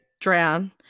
drown